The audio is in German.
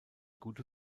gute